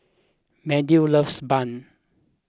Meadow loves Bun